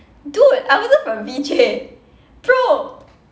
dude I wasn't from V_J bro